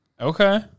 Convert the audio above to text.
Okay